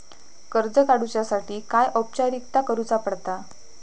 कर्ज काडुच्यासाठी काय औपचारिकता करुचा पडता?